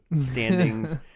standings